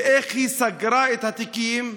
ואיך היא סגרה את התיקים.